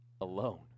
alone